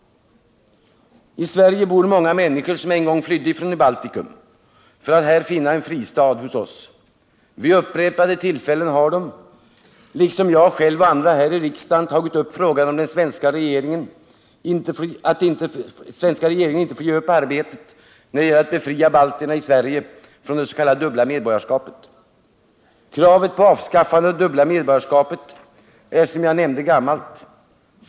I Sverige bor många människor som en gång flydde från Baltikum för att finna en fristad hos oss. Vid upprepade tillfällen har de, liksom jag själv och andra här i riksdagen, tagit upp frågan att den svenska regeringen inte får ge upp arbetet när det gäller att befria balterna i Sverige från det s.k. dubbla medborgarskapet. Kravet på avskaffande av det dubbla medborgarskapet är som jag nämnde gammalt.